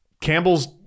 Campbell's